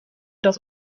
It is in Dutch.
dat